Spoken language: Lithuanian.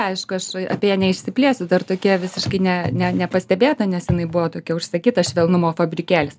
aišku aš apie ją neišsiplėsiu tokia visiškai ne ne nepastebėta nes jinai buvo tokia užsakyta švelnumo fabrikėlis